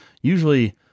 usually